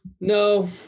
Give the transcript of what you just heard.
No